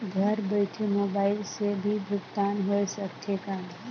घर बइठे मोबाईल से भी भुगतान होय सकथे का?